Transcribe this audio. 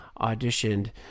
auditioned